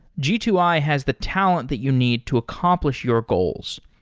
g two i has the talent that you need to accomplish your goals.